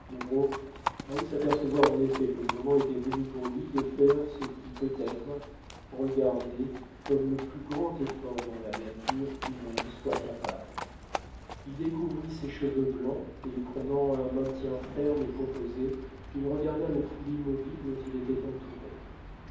parut s'apercevoir en effet que le moment était venu pour lui de faire ce qui peut être regardé comme le plus grand effort dont la nature humaine soit capable il découvrit ses cheveux blancs et prenant un maintien ferme et composé il regarda la foule immobile dont il était entouré